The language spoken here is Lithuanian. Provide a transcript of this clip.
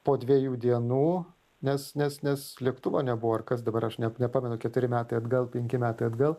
po dviejų dienų nes nes nes lėktuvo nebuvo ar kas dabar aš net nepamenu keturi metai atgal penki metai atgal